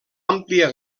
àmplia